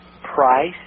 price